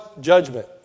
judgment